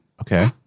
Okay